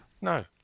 No